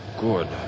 good